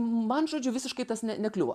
man žodžiu visiškai tas ne nekliuvo